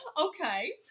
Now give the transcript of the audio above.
okay